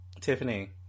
Tiffany